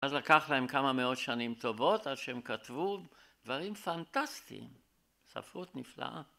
אז לקח להם כמה מאות שנים טובות עד שהם כתבו דברים פנטסטיים, ספרות נפלאה.